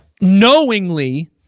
knowingly